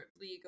league